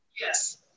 Yes